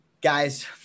guys